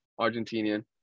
Argentinian